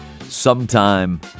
sometime